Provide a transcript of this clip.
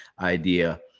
idea